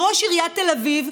מראש עיריית תל אביב,